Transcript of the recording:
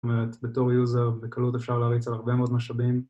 זאת אומרת בתור user בקלות אפשר להריץ על הרבה מאוד משאבים